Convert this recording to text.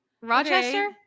Rochester